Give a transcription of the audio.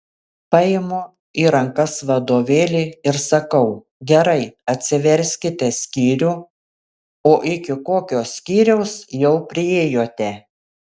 paimu į rankas vadovėlį ir sakau gerai atsiverskite skyrių o iki kokio skyriaus jau priėjote